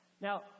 Now